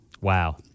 Wow